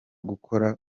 gukora